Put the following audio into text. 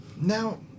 Now